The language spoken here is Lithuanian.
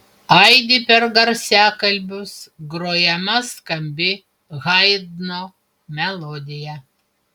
aidi per garsiakalbius grojama skambi haidno melodija